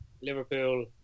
Liverpool